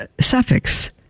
suffix